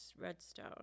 redstone